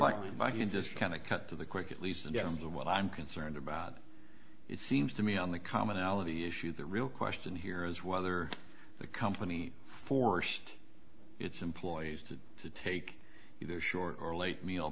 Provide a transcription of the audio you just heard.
likely i can just kind of cut to the quick at least and get him to what i'm concerned about it seems to me on the commonality issue the real question here is whether the company forced its employees to to take either short or late meal